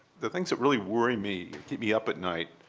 the things that really worry me, keep me up at night